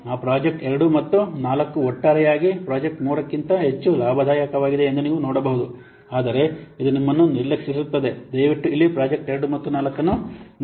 ಆ ಪ್ರಾಜೆಕ್ಟ್ 2 ಮತ್ತು 4 ಒಟ್ಟಾರೆಯಾಗಿ ಪ್ರಾಜೆಕ್ಟ್ 3 ಗಿಂತ ಹೆಚ್ಚು ಲಾಭದಾಯಕವಾಗಿದೆ ಎಂದು ನೀವು ನೋಡಬಹುದು ಆದರೆ ಇದು ನಿಮ್ಮನ್ನು ನಿರ್ಲಕ್ಷಿಸುತ್ತದೆ ದಯವಿಟ್ಟು ಇಲ್ಲಿ ಪ್ರಾಜೆಕ್ಟ್ 2 ಮತ್ತು 4 ನೋಡಿ